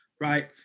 right